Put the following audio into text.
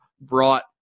brought